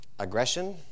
aggression